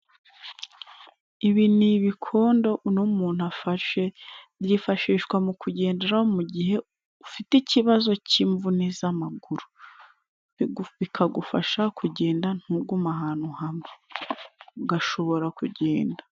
Ibi ni ibikondo uno muntu afashe, byifashishwa mu kugenderaho mu gihe ufite ikibazo cy'imvune z"amaguru. Bikagufasha kugenda ntugume ahantu hamwe, ugashobora kugenda.